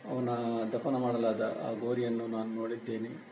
ಅವನ ದಫನ ಮಾಡಲಾದ ಆ ಗೋರಿಯನ್ನು ನಾನು ನೋಡಿದ್ದೇನೆ